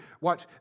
Watch